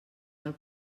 del